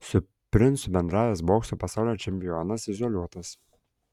su princu bendravęs bokso pasaulio čempionas izoliuotas